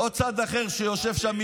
או צד אחר שיושב שם,